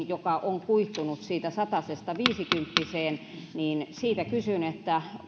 joka on edelleenkin kuihtunut siitä satasesta viisikymppiseen kysyn